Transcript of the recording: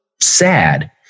sad